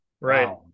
Right